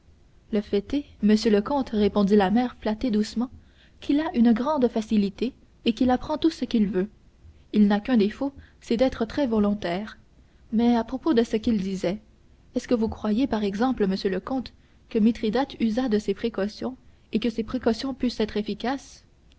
le fait est monsieur le comte répondit la mère flattée doucement qu'il a une grande facilité et qu'il apprend tout ce qu'il veut il n'a qu'un défaut c'est d'être très volontaire mais à propos de ce qu'il disait est-ce que vous croyez par exemple monsieur le comte que mithridate usât de ces précautions et que ces précautions pussent être efficaces